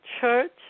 church